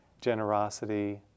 generosity